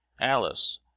alice